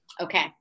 Okay